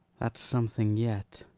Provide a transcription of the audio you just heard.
that's something yet